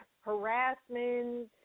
harassment